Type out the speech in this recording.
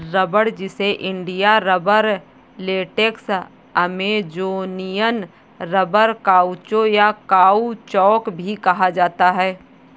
रबड़, जिसे India rubber, latex, Amazonian rubber, काउचो, या काउचौक भी कहा जाता है